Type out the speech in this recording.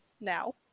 now